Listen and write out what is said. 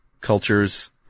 cultures